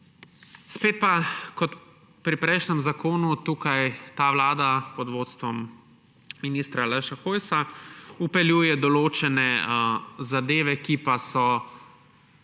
Spet pa kot pri prejšnjem zakonu, tukaj ta vlada pod vodstvom ministra Aleša Hojsa vpeljuje določene zadeve, ki pa so